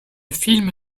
film